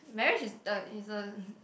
marriage is a is a